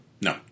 No